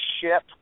ship